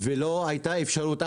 ולא הייתה אפשרות.